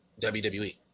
WWE